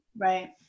Right